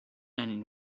and